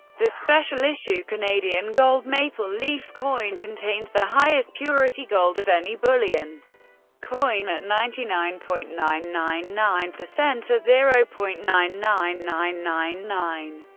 the special issue canadian gold maple leaf coin contains the highest purity gold of any bullion coin, at ninety nine point nine nine nine or zero point nine nine nine nine nine,